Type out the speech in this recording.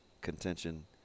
contention